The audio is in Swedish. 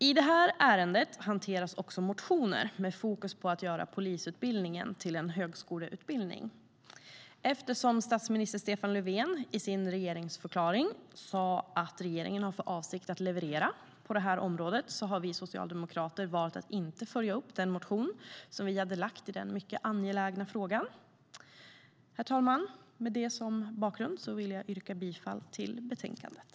I det här ärendet hanteras också motioner med fokus på att göra polisutbildningen till en högskoleutbildning. Eftersom statsminister Stefan Löfven i sin regeringsförklaring sa att regeringen har för avsikt att leverera på det området har vi socialdemokrater valt att inte följa upp den motion som vi väckt i den mycket angelägna frågan. Herr talman! Med det som bakgrund vill jag yrka bifall till förslaget i betänkandet.